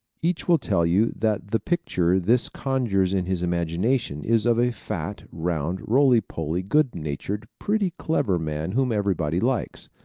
each will tell you that the picture this conjures in his imagination is of a fat, round, roly-poly, good natured, pretty clever man whom everybody likes.